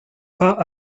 pas